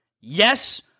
yes